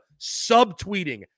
subtweeting